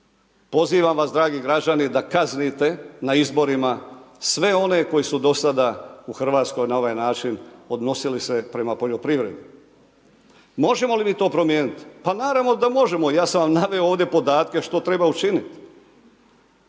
pozivam vas dragi građani da kaznite na izborima sve one koji su do sada u Hrvatskoj na ovaj način odnosili se prema poljoprivredi. Možemo li mi to promijeniti? Pa naravno da možemo ja sam vam naveo ovdje podatke što treba učiniti.